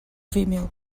vimeo